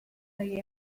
they